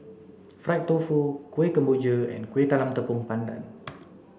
fried tofu Kueh Kemboja and Kuih Talam Tepong Pandan